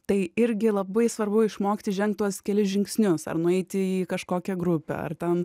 tai irgi labai svarbu išmokti žengti tuos kelis žingsnius ar nueiti į kažkokią grupę ar ten